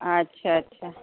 अच्छा अच्छा